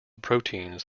proteins